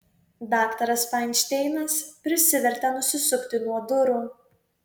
daktaras fainšteinas prisivertė nusisukti nuo durų